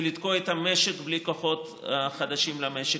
זה לתקוע את המשק בלי כוחות חדשים למשק.